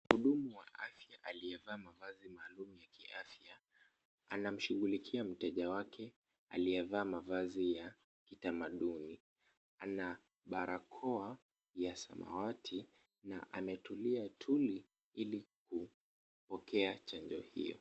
Mhudumu wa afya aliyevaa mavazi maalum ya kiafya anamshugulikia mteja wake aliyevaa mavazi ya kitamaduni. Ana barakoa ya samawati na ametulia tuli ili kupokea chanjo hio.